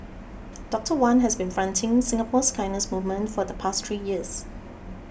Doctor Wan has been fronting Singapore's kindness movement for the past three years